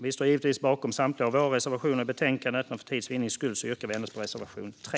Vi står givetvis bakom samtliga våra reservationer i betänkandet, men för tids vinnande yrkar vi bifall endast till reservation 3.